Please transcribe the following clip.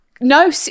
No